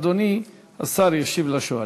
אדוני השר ישיב לשואלים.